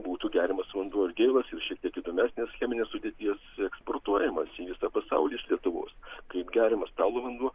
būtų geriamas vanduo ir gėlas ir šiek tiek įdomesnės cheminės sudėties eksportuojamas į visą pasaulį iš lietuvos kaip geriamas stalo vanduo